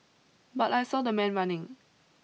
but I saw the man running